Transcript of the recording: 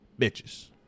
bitches